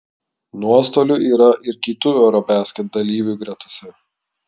nuostolių yra ir kitų eurobasket dalyvių gretose